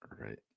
Right